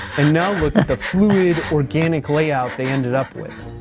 and now look at the fluid, organic layout they ended up with.